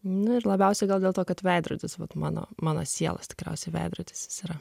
na ir labiausiai gal dėl to kad veidrodis vat mano mano sielos tikriausiai veidrodis jis yra